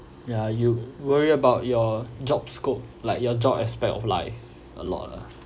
ya you worry about your job scope like your job aspect of life a lot lah